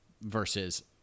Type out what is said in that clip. versus